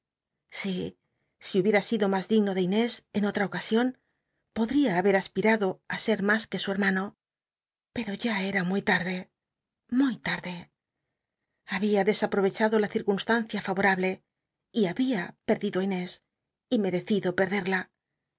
si si hubiera sido mas digno de inés en ol a ocasion pod ría haber aspit hio á ser mas que su he mano pero ya era muy tatde muy larde había desaprovechado la ci rcunstancia fa omblc y babia perdido í inés y merecido perdel'la